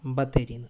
ബത്തേരിയിൽ നിന്ന്